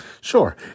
Sure